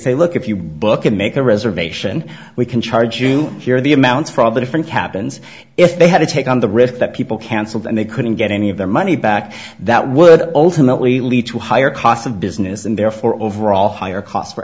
say look if you book and make a reservation we can charge you here the amounts for all the different happens if they had to take on the risk that people canceled and they couldn't get any of their money back that would ultimately lead to higher costs of business and therefore overall higher costs for